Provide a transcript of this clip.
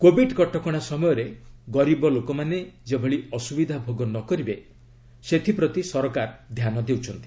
Covid କଟକଣା ସମୟରେ ଗରିବ ଲୋକମାନେ ଯେପରି ଅସ୍ରବିଧା ଭୋଗ ନ କରିବେ ସେଥିପ୍ରତି ସରକାର ଧ୍ୟାନ ଦେଇଛନ୍ତି